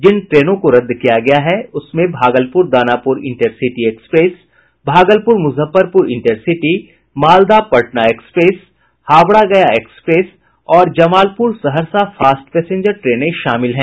जिन ट्रेनों को रद्द किया गया है उसमें Bhagalpur Danapur intercity express Bhagalpur Muzaffarpur intercity Malda Patna express Howrah Gaya express और जमालपुर सहरसा फास्ट पैसेंजर ट्रेने शामिल हैं